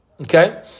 Okay